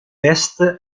est